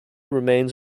remains